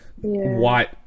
white